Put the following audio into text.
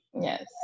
yes